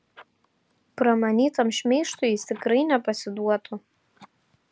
pramanytam šmeižtui jis tikrai nepasiduotų